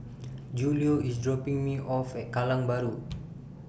Julio IS dropping Me off At Kallang Bahru